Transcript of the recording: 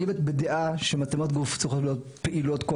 אני בדעה שמצלמות גוף צריכות להיות פעילות כל